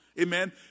amen